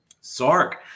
Sark